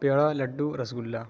پیڑا laddu rasgulla